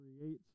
create